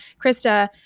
Krista